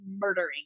murdering